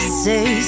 say